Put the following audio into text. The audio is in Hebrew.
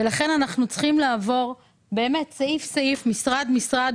לכן אנחנו צריכים לעבור סעיף-סעיף ומשרד-משרד